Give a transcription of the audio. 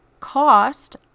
cost